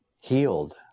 healed